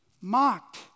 mocked